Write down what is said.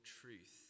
truth